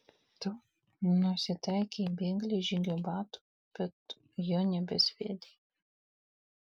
tu nusitaikei į bėglį žygio batu bet jo nebesviedei